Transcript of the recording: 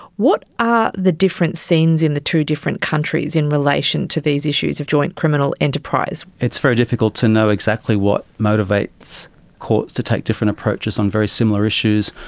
what are the different scenes in the two different countries in relation to these issues of joint criminal enterprise? it's very difficult to know exactly what motivates courts to take different approaches on very similar issues.